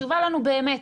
חשובה לנו באמת.